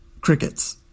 Crickets